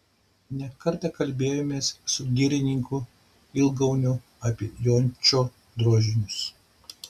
ne kartą kalbėjomės su girininku igauniu apie jončo drožinius